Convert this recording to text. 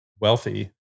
wealthy